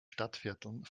stadtvierteln